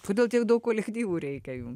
kodėl tiek daug kolektyvų reikia jum